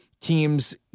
teams